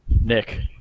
Nick